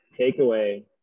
takeaway